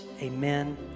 Amen